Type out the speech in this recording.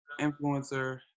influencer